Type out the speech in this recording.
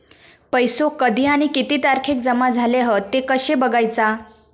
पैसो कधी आणि किती तारखेक जमा झाले हत ते कशे बगायचा?